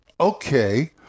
okay